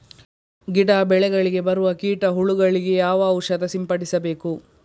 ಗಿಡ, ಬೆಳೆಗಳಿಗೆ ಬರುವ ಕೀಟ, ಹುಳಗಳಿಗೆ ಯಾವ ಔಷಧ ಸಿಂಪಡಿಸಬೇಕು?